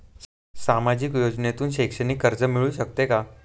सामाजिक योजनेतून शैक्षणिक कर्ज मिळू शकते का?